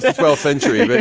yeah twelfth century, but